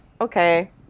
okay